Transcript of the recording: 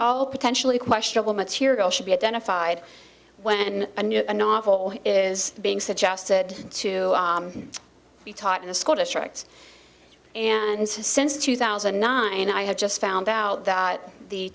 all potentially questionable material should be identified when a new novel is being suggested to be taught in the school districts and since two thousand and nine i have just found out that the